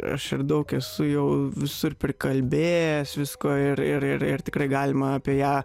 aš ir daug esu jau visur prikalbėjęs visko ir ir ir tikrai galima apie ją